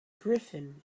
griffin